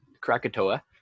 Krakatoa